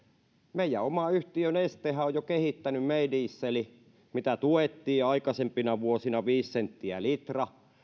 meidän oma yhtiö nestehän on jo kehittänyt my dieselin mitä tuettiin aikaisempina vuosina viidellä sentillä per litra